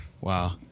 Wow